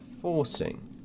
forcing